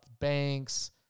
banks